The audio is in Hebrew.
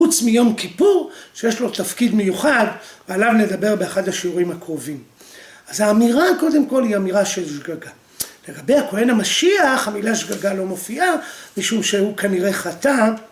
‫חוץ מיום כיפור, שיש לו תפקיד מיוחד, ‫ועליו נדבר באחד השיעורים הקרובים. ‫אז האמירה, קודם כול, ‫היא אמירה של שגגה. ‫לגבי הכהן המשיח, ‫המילה שגגה לא מופיעה, ‫משום שהוא כנראה חטא.